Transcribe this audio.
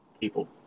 people